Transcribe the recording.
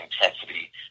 intensity